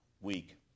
week